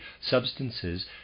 substances